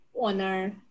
honor